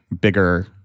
bigger